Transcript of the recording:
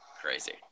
Crazy